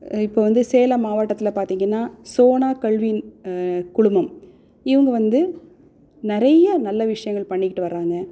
இப்போ வந்து சேலம் மாவட்டத்தில் பார்த்திங்கன்னா சோனா கல்வி குழுமம் இவங்க வந்து நிறைய நல்ல விஷயங்கள் பண்ணிக்கிட்டு வராங்க